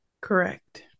Correct